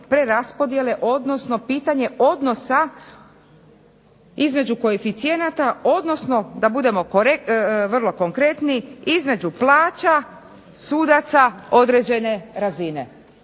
preraspodjele, odnosno pitanje odnosa između koeficijenata odnosno da budemo vrlo konkretni između plaća sudaca određene razine.